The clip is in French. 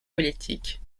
politiques